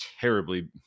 terribly